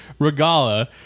Regala